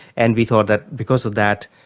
and we thought that because of that,